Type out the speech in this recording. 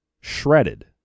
shredded